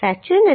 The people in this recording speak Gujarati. સાચું નથી